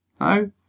No